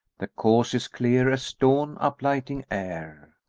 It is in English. the cause is clear as dawn uplighting air!